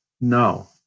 no